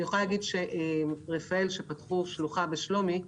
אני יכולה להגיד שרפא"ל, שפתחה שלוחה בשלומי,